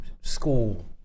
school